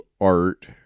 art